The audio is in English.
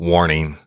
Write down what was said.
Warning